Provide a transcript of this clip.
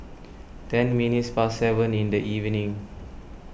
ten minutes past seven in the evening